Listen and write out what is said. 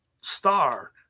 star